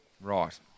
Right